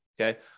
okay